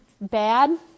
bad